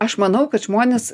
aš manau kad žmonės